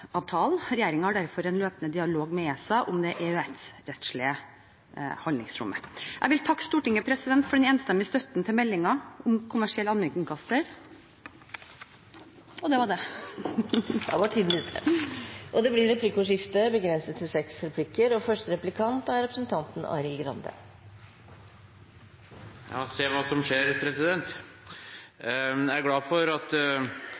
har derfor en løpende dialog med ESA om det EØS-rettslige handlingsrommet. Jeg vil takke Stortinget for den enstemmige støtten til meldingen om en kommersiell allmennkringkaster – og det var det. Da er tiden ute. Det blir replikkordskifte. Se hva som skjer, president! Jeg er glad for at statsråden signaliserer at det skal komme en utlysning raskest mulig. Vi har sett, som det er sagt i media, at